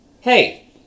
Hey